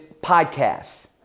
podcasts